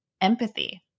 empathy